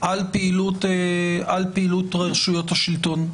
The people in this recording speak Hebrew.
על פעילות רשויות השלטון.